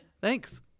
Thanks